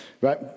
Right